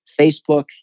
Facebook